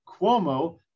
Cuomo